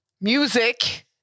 music